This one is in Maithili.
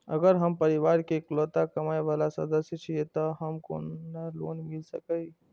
अगर हम परिवार के इकलौता कमाय वाला सदस्य छियै त की हमरा लोन मिल सकीए?